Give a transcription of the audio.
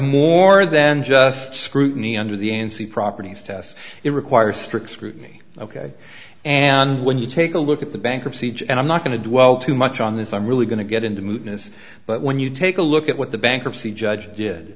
more than just scrutiny under the n c properties test it requires strict scrutiny ok and when you take a look at the bankruptcy judge and i'm not going to dwell too much on this i'm really going to get into moving this but when you take a look at what the bankruptcy judge did